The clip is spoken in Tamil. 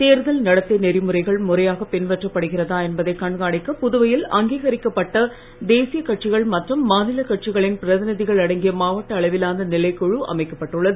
தேர்தல் நடத்தை நெறிமுறைகள் முறையாகப் பின்பற்றப் படுகிறதா என்பதைக் கண்காணிக்க புதுவையில் அங்கீகரிக்கப்பட்ட தேசிய கட்சிகள் மற்றும் மாநிலக் கட்சிகளின் பிரதிநிதிகள் அடங்கிய மாவட்ட அளவிலான நிலைக்குழு அமைக்கப் பட்டுள்ளது